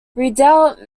redoubt